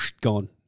gone